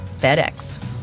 FedEx